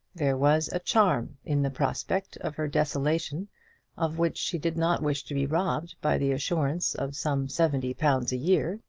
there was a charm in the prospect of her desolation of which she did not wish to be robbed by the assurance of some seventy pounds a year,